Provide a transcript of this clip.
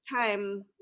time